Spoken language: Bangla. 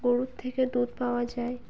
গরুর থেকে দুধ পাওয়া যায়